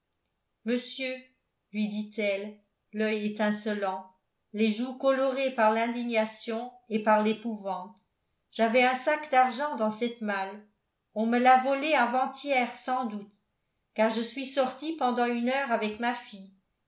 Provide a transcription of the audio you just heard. monsieur lui dit-elle l'oeil étincelant les joues colorées par l'indignation et par l'épouvante j'avais un sac d'argent dans cette malle on me l'a volé avant-hier sans doute car je suis sortie pendant une heure avec ma fille